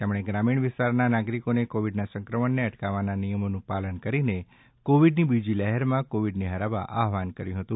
તેમણે ગ્રામીણ વિસ્તારના નાગરિકોને કોવિડના સંક્રમણને અટકાવવાના નિયમોનું પાલન કરીને કોવીડની બીજી લહેરમાં કોવિડને હરાવવા આહવાન કર્યું હતું